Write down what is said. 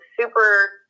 super